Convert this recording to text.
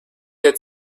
had